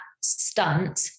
stunt